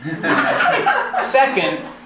Second